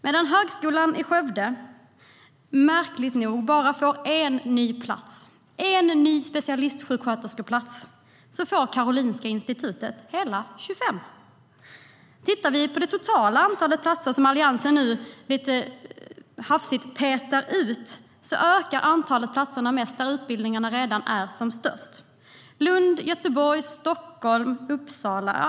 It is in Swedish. Medan Högskolan i Skövde märkligt nog bara får en ny plats, en ny specialistsjuksköterskeplats, får Karolinska Institutet hela 25. Tittar vi på det totala antalet platser som Alliansen nu lite hafsigt petar ut ökar antalet platser mest där utbildningarna redan är som störst, Lund, Göteborg, Stockholm och Uppsala.